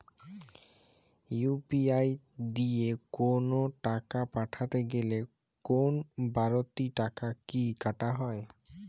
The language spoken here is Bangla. ইউ.পি.আই দিয়ে কোন টাকা পাঠাতে গেলে কোন বারতি টাকা কি কাটা হয়?